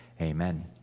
Amen